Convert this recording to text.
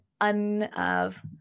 un-of-